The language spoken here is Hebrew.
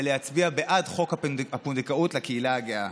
ולהצביע בעד חוק הפונדקאות לקהילה הגאה.